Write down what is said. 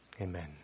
Amen